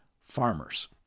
farmers